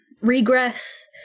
regress